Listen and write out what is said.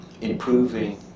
improving